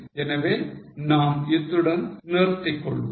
எனவே நாம் இத்துடன் நிறுத்திக் கொள்வோம்